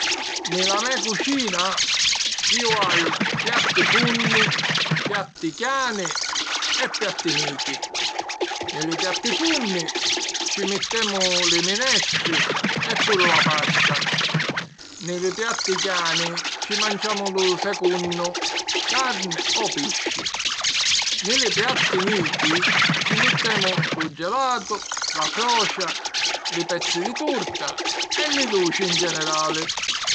Nni la me cucina iu haju: piatti funni, piatti chiani e piatti nichi. Nni li piatti funni ci mittemu li minestri e puru la pasta. Nni li piatti chiani ci manciamu lu secunnu (carni o pisci). Nni li piatti nichi ci mittemu lu gelatu, la frocia, li pezzi di turta e li duci in generali.